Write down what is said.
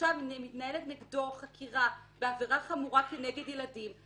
שעכשיו מתנהלת נגדו חקירה בעבירה חמורה כנגד ילדים,